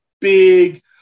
big